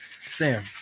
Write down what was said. Sam